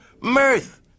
mirth